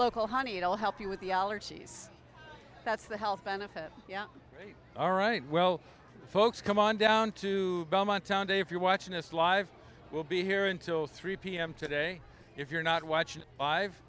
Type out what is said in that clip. local honey it'll help you with the allergies that's the health benefit yeah all right well folks come on down to belmont sunday if you're watching us live we'll be here until three pm today if you're not watching live